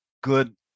good